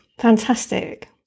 Fantastic